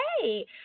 hey